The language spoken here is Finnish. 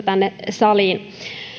saliin